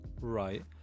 Right